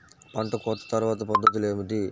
పంట కోత తర్వాత పద్ధతులు ఏమిటి?